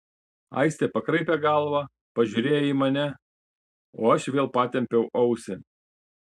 aistė pakraipė galvą pažiūrėjo į mane o aš vėl patempiau ausį